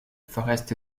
forrest